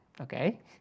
Okay